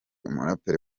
umuraperi